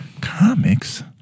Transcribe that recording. Comics